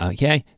Okay